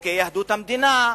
חוקי יהדות המדינה,